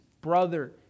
brother